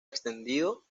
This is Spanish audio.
extendido